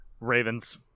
Ravens